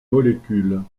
molécules